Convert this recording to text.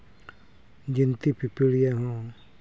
ᱡᱤᱱᱛᱤ ᱯᱤᱯᱤᱲ ᱡᱟᱝ ᱦᱚᱸ